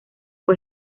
fue